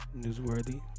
Newsworthy